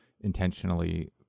intentionally